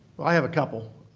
well i have a couple.